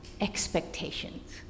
expectations